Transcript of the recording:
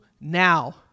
now